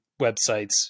websites